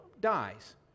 dies